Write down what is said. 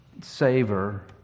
savor